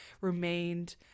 remained